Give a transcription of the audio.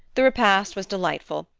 the repast was delightful,